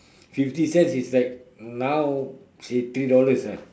fifty cents is like now say three dollars ah